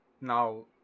now